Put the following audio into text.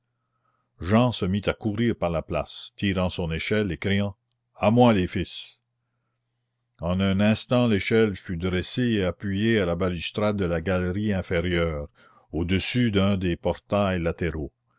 jehan se mit à courir par la place tirant son échelle et criant à moi les fils en un instant l'échelle fut dressée et appuyée à la balustrade de la galerie inférieure au-dessus d'un des portails latéraux